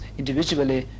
individually